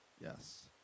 yes